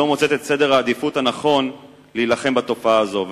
לא מוצאת את סדר העדיפויות הנכון להילחם בתופעה הזו.